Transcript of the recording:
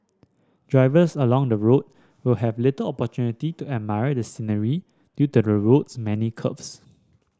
drivers along the route will have little opportunity to admire the scenery due to the road's many curves